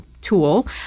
tool